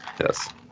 yes